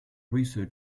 russo